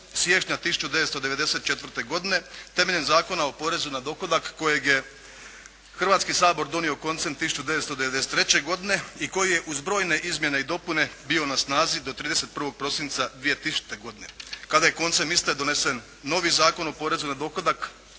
siječnja 1994. godine temeljem Zakona o porezu na dohodak kojeg je Hrvatski sabor donio koncem 1993. godine i koji je uz brojne izmjene i dopune bio na snazi do 31. prosinca 2000. godine kada je koncem iste donesen novi Zakon o porezu na dohodak,